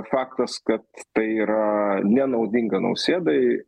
faktas kad tai yra nenaudinga nausėdai